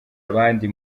abandi